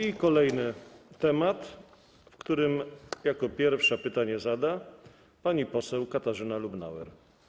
I kolejny temat, w którym jako pierwsza pytanie zada pani poseł Katarzyna Lubnauer.